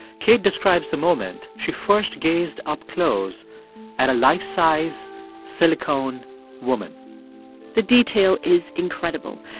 kate describes the moment she first gazed up close at a life-size silicone woman the detail is incredible.